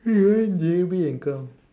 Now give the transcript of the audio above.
he went J_B and come